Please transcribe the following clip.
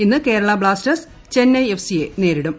ഇന്ന് Kerala Blasters Chennai F C യെ നേരിടും